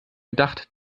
gedacht